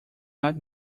not